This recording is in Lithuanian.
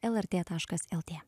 lrt taškas lt